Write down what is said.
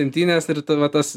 imtynes ir tave tas